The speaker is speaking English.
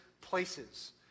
places